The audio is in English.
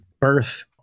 birth